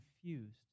confused